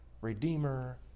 Redeemer